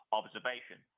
observation